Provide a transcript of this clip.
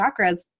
chakras